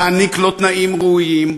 להעניק לו תנאים ראויים,